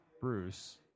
Bruce